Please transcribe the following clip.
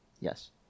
Yes